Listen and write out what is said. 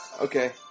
Okay